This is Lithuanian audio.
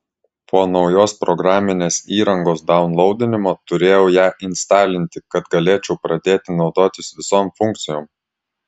po naujos programinės įrangos daunlaudinimo turėjau ją instalinti kad galėčiau pradėti naudotis visom funkcijom